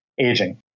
aging